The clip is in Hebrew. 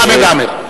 חמד עמאר.